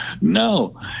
no